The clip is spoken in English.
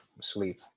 sleep